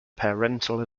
parental